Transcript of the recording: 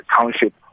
township